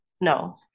No